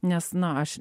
nes na aš